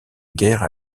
guerre